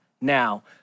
now